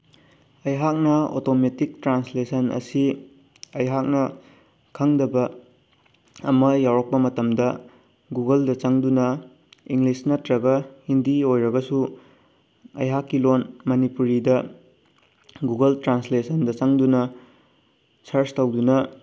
ꯑꯩꯍꯥꯛꯅ automatic translation ꯑꯁꯤ ꯑꯩꯍꯥꯛꯅ ꯈꯪꯗꯕ ꯑꯃ ꯌꯥꯎꯔꯛꯄ ꯃꯇꯝꯗ ꯒꯨꯒꯜꯗ ꯆꯪꯗꯨꯅ ꯏꯪꯂꯤꯁ ꯅꯠꯇ꯭ꯔꯒ ꯍꯤꯟꯗꯤ ꯑꯣꯏꯔꯒꯁꯨ ꯑꯩꯍꯥꯛꯀꯤ ꯂꯣꯜ ꯃꯅꯤꯄꯨꯔꯤꯗ ꯒꯨꯒꯜ ꯇ꯭ꯔꯥꯟꯁꯂꯦꯁꯟꯗ ꯆꯪꯗꯨꯅ ꯁꯔ꯭ꯁ ꯇꯧꯗꯨꯅ